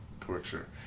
torture